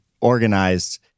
organized